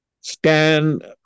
stand